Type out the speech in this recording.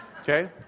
Okay